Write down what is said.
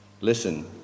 listen